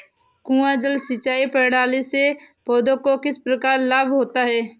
कुआँ जल सिंचाई प्रणाली से पौधों को किस प्रकार लाभ होता है?